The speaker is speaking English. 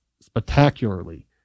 spectacularly